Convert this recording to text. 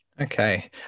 okay